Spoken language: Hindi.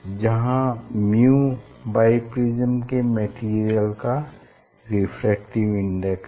जहाँ µ बाइप्रिज्म के मटेरियल का रेफ्रेक्टिव इंडेक्स है